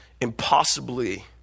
impossibly